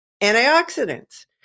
antioxidants